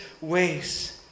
ways